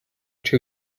two